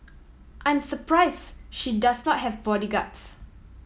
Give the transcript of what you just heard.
I'm surprise she does not have bodyguards